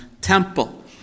temple